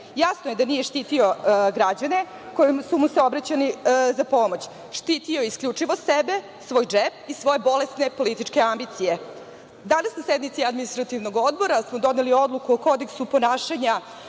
Jasno je da nije štitio građane koji su mu se obraćali za pomoć. Štitio je isključivo sebe, svoj džep i svoje bolesne političke ambicije. Danas na sednici Administrativnog odbora smo doneli Odluku o kodeksu ponašanja